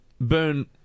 Burn